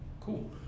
cool